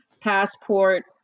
passport